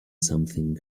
something